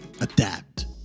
adapt